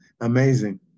amazing